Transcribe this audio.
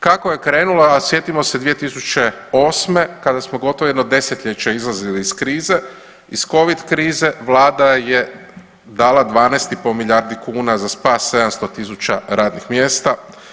Kako je krenulo, a sjetimo se 2008. kada smo gotovo jedno desetljeće izlazili iz krize, iz covid krize Vlada je dala 12 i pol milijardi kuna za spas 700 000 radnih mjesta.